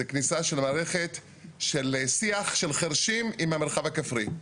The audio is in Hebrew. זו כניסה של מערכת של שיח של חירשים עם המרחב הכפרי.